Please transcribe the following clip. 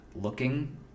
looking